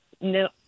no